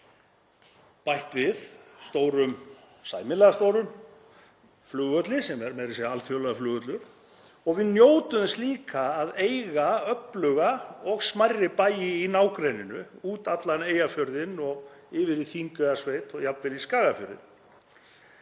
bætt við stórum, sæmilega stórum, flugvelli sem er meira að segja alþjóðlegur flugvöllur og við njótum þess líka að eiga öfluga og smærri bæi í nágrenninu, út allan Eyjafjörðinn og yfir í Þingeyjarsveit og jafnvel í Skagafjörðinn.